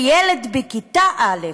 שילד בכיתה א'